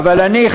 אבל אני,